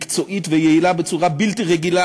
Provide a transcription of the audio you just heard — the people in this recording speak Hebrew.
מקצועית ויעילה בצורה בלתי רגילה,